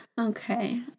okay